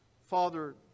Father